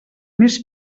més